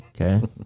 Okay